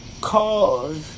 cause